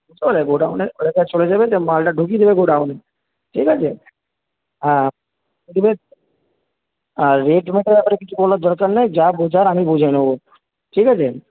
বুঝতে পারলে গোডাউনে ওদের কাছে চলে যাবে দিয়ে মালটা ঢুকিয়ে দেবে গোডাউনে ঠিক আছে হ্যাঁ তুমি আর রেট কিছু বলার দরকার নেই যা বোঝার আমি বুঝে নেব ঠিক আছে